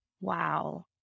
wow